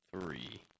three